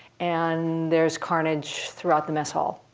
and there's carnage throughout the mess hall.